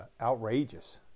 outrageous